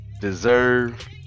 deserve